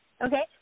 okay